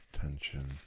tension